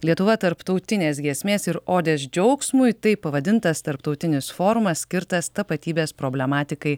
lietuva tarptautinės giesmės ir odės džiaugsmui taip pavadintas tarptautinis forumas skirtas tapatybės problematikai